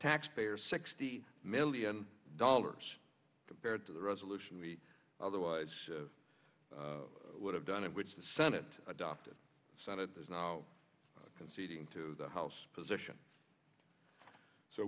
taxpayer sixty million dollars compared to the resolution we otherwise would have done and which the senate adopted senate there's now conceding to the house position so